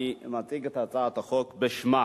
אני מציג את הצעת החוק בשמה.